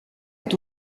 est